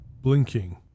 blinking